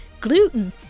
gluten